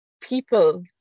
people